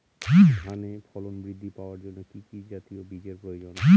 ধানে ফলন বৃদ্ধি পাওয়ার জন্য কি জাতীয় বীজের প্রয়োজন?